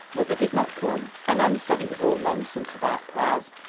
mother did not come, and anne said it was all nonsense about prayers.